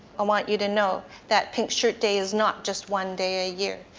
i want you to know that pink shirt day is not just one day a year.